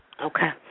Okay